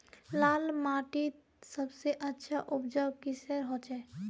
लाल माटित सबसे अच्छा उपजाऊ किसेर होचए?